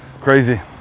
Crazy